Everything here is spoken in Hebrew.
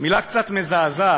מילה קצת מזעזעת,